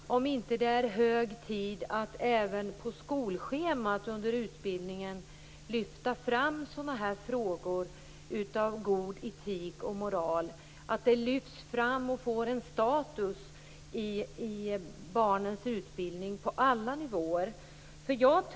Är det inte hög tid att även på skolschemat lyfta fram frågor om god etik och moral? De lyfts fram och får en status i barnens utbildning på alla nivåer.